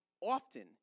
often